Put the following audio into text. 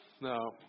No